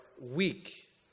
weak